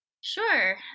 Sure